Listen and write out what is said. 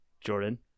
Jordan